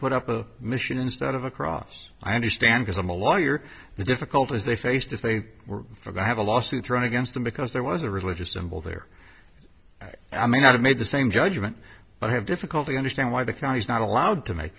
put up a mission instead of a cross i understand because i'm a lawyer the difficulties they faced if they were for have a lawsuit thrown against them because there was a religious symbol there i may not have made the same judgment i have difficulty understand why the county is not allowed to make